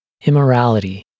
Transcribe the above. immorality